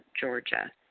Georgia